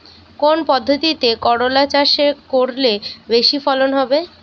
কোন পদ্ধতিতে করলা চাষ করলে বেশি ফলন হবে?